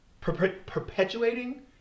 perpetuating